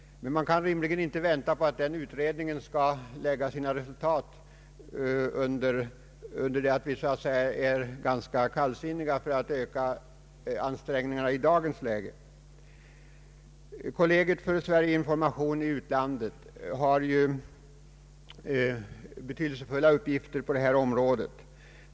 Men man kan rimligen inte vänta på att utredningen skall lägga fram sina resultat och under tiden ställa sig kallsinnig till att öka ansträngningarna i dagens läge. Kollegiet för Sverige-information i utlandet har betydelsefulla uppgifter på det här området.